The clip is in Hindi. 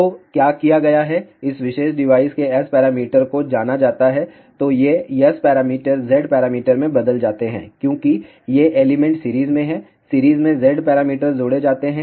तो क्या किया गया है इस विशेष डिवाइस के S पैरामीटर को जाना जाता है तो ये S पैरामीटर Z पैरामीटर में बदल जाते हैं क्योंकि ये एलिमेंट सीरीज में हैं सीरीज में Z पैरामीटर जोड़े जाते हैं